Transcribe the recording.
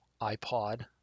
ipod